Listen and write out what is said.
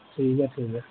ठीक ऐ फिर